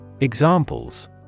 Examples